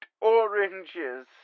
oranges